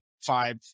five